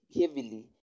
heavily